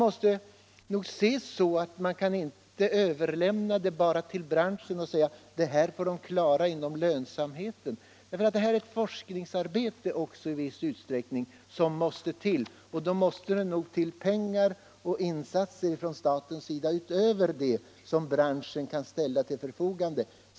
Man kan inte överlämna utvecklingen på detta område till branschen och säga: Det här får branschen klara inom ramen för lönsamheten. Här måste det i viss utsträckning också till forskningsarbete, och då måste det också till pengar och insatser från statens sida utöver det som bran att förbättra arbetsmiljön inom tvätteribranschen schen kan ställa till förfogande.